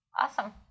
Awesome